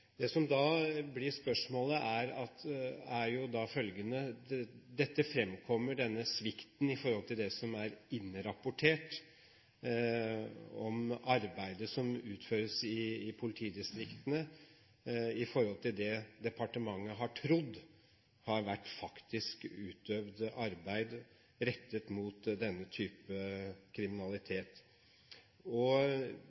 Det som da blir spørsmålet, dreier seg om den svikten som framkommer i det som er innrapportert om arbeidet som utføres i politidistriktene, i forhold til det departementet har trodd har vært faktisk utøvd arbeid rettet mot denne type